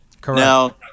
Correct